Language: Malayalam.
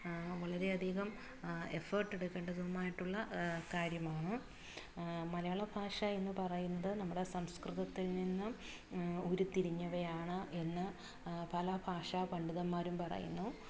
വളരെയധികം എഫേട്ടെടുക്കേണ്ടതുമായിട്ടുള്ള കാര്യമാണ് മലയാള ഭാഷ എന്നുപറയുന്നത് നമ്മുടെ സംസ്കൃതത്തിൽ നിന്നും ഉരുത്തിരിഞ്ഞവയാണ് എന്ന് പല ഭാഷാ പണ്ഡിതന്മാരും പറയുന്നു